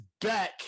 back